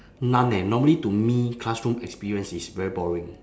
none eh normally to me classroom experience is very boring